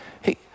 hey